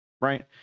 right